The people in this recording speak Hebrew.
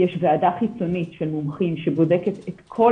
יש ועדה חיצונית של מומחים שבודקת את כל